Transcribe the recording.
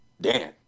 Dan